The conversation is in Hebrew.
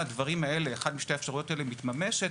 עד שאחת משתי האפשרויות האלה מתממשת,